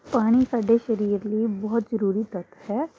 ਪਾਣੀ ਸਾਡੇ ਸਰੀਰ ਲਈ ਬਹੁਤ ਜ਼ਰੂਰੀ ਤੱਤ ਹੈ